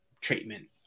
treatment